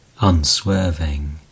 unswerving